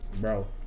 Bro